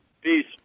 Peace